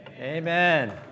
Amen